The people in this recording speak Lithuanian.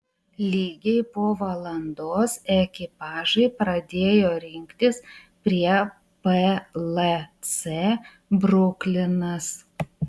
lygiai po valandos ekipažai pradėjo rinktis prie plc bruklinas